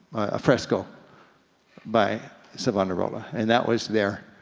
a fresco by savonarola, and that was there,